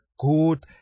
good